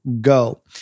go